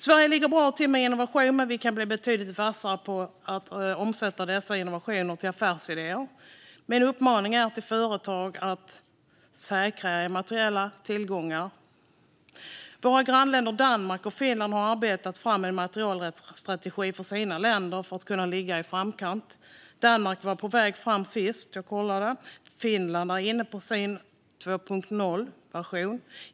Sverige ligger bra till med innovation men kan bli betydligt vassare på att omsätta dessa innovationer till affärsidéer. Min uppmaning till företag är att säkra immateriella tillgångar. Sveriges grannländer Danmark och Finland har arbetat fram en immaterialrättsstrategi för sina länder för att kunna ligga i framkant. Danmark var på väg fram när jag senast kollade, och Finland är inne på sin 2.0-version.